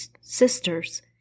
sisters